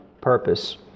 purpose